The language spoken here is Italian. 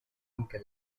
anche